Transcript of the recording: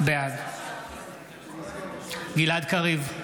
בעד גלעד קריב,